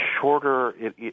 shorter